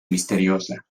misteriosa